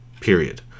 Period